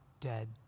dead